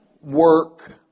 work